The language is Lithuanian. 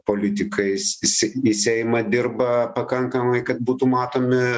politikais eisi į seimą dirba pakankamai kad būtų matomi